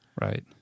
right